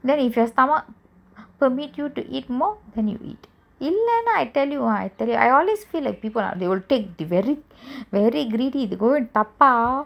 then if your stomach permit you to eat more then you eat இல்லனா:illana I tell you !wah! I tell I always feel that people are they will take the very very greedy they go to dappa